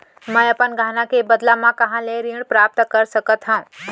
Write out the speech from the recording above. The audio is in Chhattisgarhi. मै अपन गहना के बदला मा कहाँ ले ऋण प्राप्त कर सकत हव?